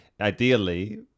ideally